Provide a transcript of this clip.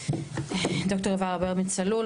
ד"ר יובל ארבל מצלול.